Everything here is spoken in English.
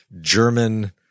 German